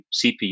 CPU